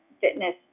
fitness